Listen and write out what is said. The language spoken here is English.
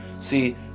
see